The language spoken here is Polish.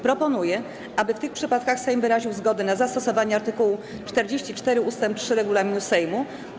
Proponuję, aby w tych przypadkach Sejm wyraził zgodę na zastosowanie art. 44 ust. 3 regulaminu Sejmu.